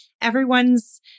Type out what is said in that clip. everyone's